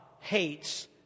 hates